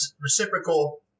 reciprocal